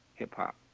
hip-hop